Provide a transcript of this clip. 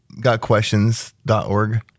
gotquestions.org